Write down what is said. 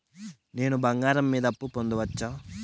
నేను బంగారం మీద అప్పు పొందొచ్చా?